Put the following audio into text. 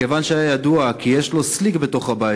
מכיוון שהיה ידוע כי יש לו "סליק" בתוך הבית